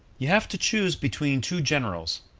you have to choose between two generals,